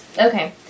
Okay